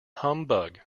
humbug